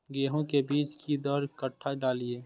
गेंहू के बीज कि दर कट्ठा डालिए?